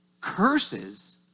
curses